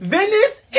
Venice